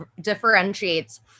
differentiates